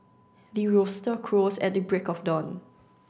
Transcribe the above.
the rooster crows at the break of dawn